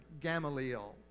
Gamaliel